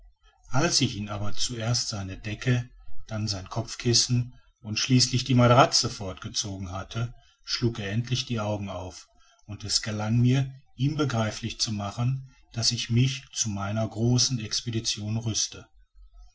als ich ihm aber zuerst seine decke dann seine kopfkissen und schließlich die matratze fort gezogen hatte schlug er endlich die augen auf und es gelang mir ihm begreiflich zu machen daß ich mich zu meiner großen expedition rüstete